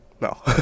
No